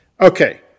okay